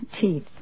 teeth